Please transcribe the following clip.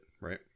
right